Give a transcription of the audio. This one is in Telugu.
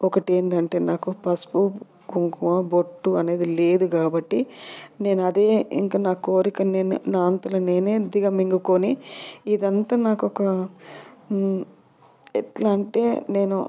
ఒకటి ఏంటంటే నాకు పసుపు కుంకుమ బొట్టు అనేది లేదు కాబట్టి నేను అదే ఇంకా నా కోరిక నేను నా అంతలో నేనే దిగ మింగుకొని ఇదంతా నాకు ఒక ఎట్లా అంటే నేను